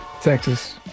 Texas